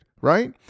right